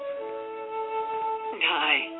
Hi